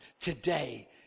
today